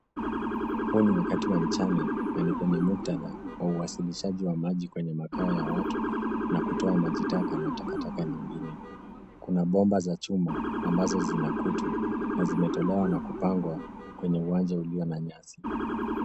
Huu ni wakati wa mchana na ni kwenye muktadha wa uwasilishaji wa maji kwenye makao ya watu, na kutoa maji taka na takataka nyingine. Kuna bomba za chuma ambazo zina kutu, na zimetolewa na kupangwa kwenye uwanja ulio na nyasi.